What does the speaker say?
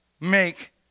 make